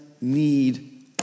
need